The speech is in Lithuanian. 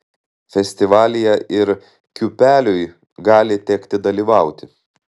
festivalyje ir kiūpeliui gali tekti dalyvauti